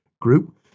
group